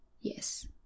Yes